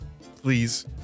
Please